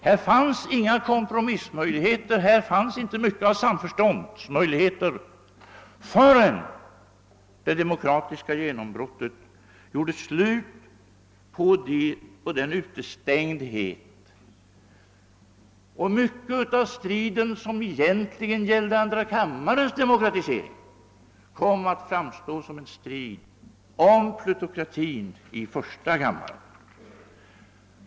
Det fanns inga kompromissmöjligheter och inte stora förutsättningar för samförstånd förrän det demokratiska genombrottet gjorde slut på utestängandet av en stor del av svenska folket från rösträtten. Mycket av den strid, som egentligen gällde andra kammarens demokratisering, kom att framstå som en strid om plutokratin i första kammaren.